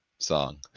song